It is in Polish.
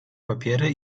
papiery